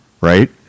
right